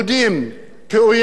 והמצב ההפוך,